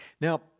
Now